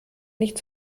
nicht